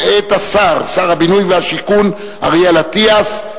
את שר הבינוי והשיכון אריאל אטיאס,